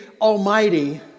Almighty